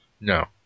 No